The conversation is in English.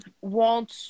want